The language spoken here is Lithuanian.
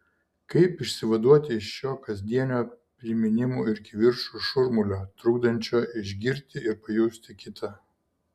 kaip išsivaduoti iš šio kasdienio priminimų ir kivirčų šurmulio trukdančio išgirti ir pajusti kitą